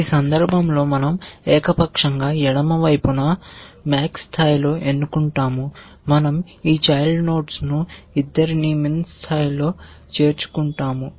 ఈ సందర్భంలో మన০ ఏకపక్షంగా ఎడమ వైపున max స్థాయిలో ఎన్నుకుంటాము మన০ ఈ చైల్డ్ నోడ్స్ ను ఇద్దరినీ min స్థాయిలో చేర్చుకుంటాము